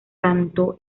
canto